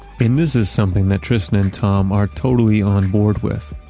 but and this is something that tristan and tom are totally on board with.